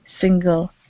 single